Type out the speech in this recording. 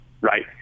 right